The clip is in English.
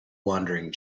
wandering